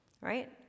right